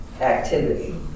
activity